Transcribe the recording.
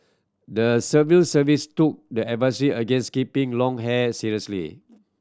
the civil service took the advisory against keeping long hair seriously